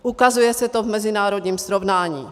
Ukazuje se to v mezinárodním srovnání.